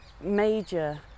Major